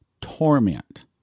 torment